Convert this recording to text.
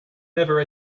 never